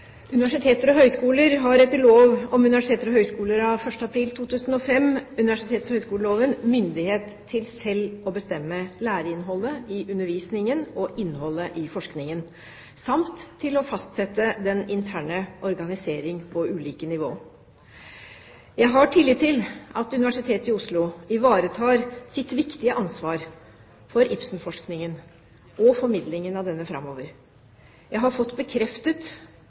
Universiteter og høyskoler har etter lov om universiteter og høyskoler av 1. april 2005 – universitets- og høyskoleloven – myndighet til selv å bestemme læreinnholdet i undervisningen og innholdet i forskningen samt til å fastsette den interne organisering på ulike nivå. Jeg har tillit til at Universitetet i Oslo ivaretar sitt viktige ansvar for Ibsen-forskningen og formidlingen av denne framover. Jeg har i forbindelse med dette spørsmålet fått bekreftet